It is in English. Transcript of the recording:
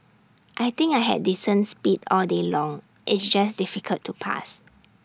I think I had decent speed all day long it's just difficult to pass